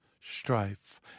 strife